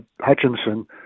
Hutchinson